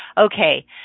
Okay